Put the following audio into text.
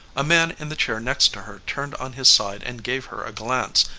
a man in the chair next to her turned on his side and gave her a glance,